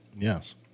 Yes